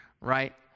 right